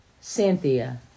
Cynthia